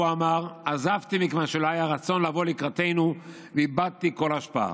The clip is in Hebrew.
הוא אמר: עזבתי מכיוון שלא היה רצון לבוא לקראתנו ואיבדתי כל השפעה.